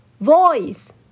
Voice